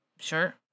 Sure